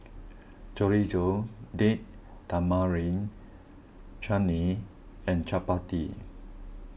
Chorizo Date Tamarind Chutney and Chapati